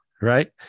Right